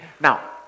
Now